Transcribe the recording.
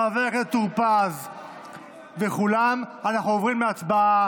חבר הכנסת טור פז וכולם, אנחנו עוברים להצבעה.